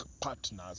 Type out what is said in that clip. partners